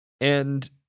And-